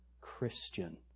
Christian